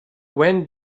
when